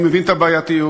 אני מבין את הבעייתיות,